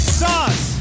sauce